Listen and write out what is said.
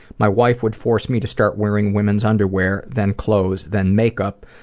my wife would force me to start wearing women's underwear then clothes then makeup,